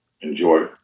enjoy